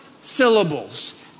syllables